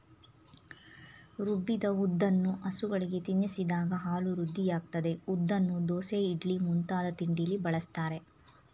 ರುಬ್ಬಿದ ಉದ್ದನ್ನು ಹಸುಗಳಿಗೆ ತಿನ್ನಿಸಿದಾಗ ಹಾಲು ವೃದ್ಧಿಯಾಗ್ತದೆ ಉದ್ದನ್ನು ದೋಸೆ ಇಡ್ಲಿ ಮುಂತಾದ ತಿಂಡಿಯಲ್ಲಿ ಬಳಸ್ತಾರೆ